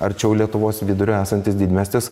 arčiau lietuvos vidurio esantis didmiestis